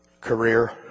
career